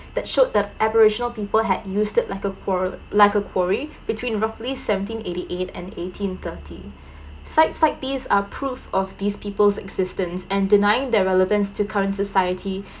that showed that aberrational people had used it like a quarra~ like a quarry between roughly seventeen eighty eight and eighteen thirty site site these are prove of these people existence and denying their relevance to current society